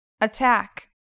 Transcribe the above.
Attack